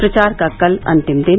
प्रचार का कल अंतिम दिन